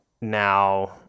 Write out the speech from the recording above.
Now